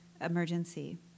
emergency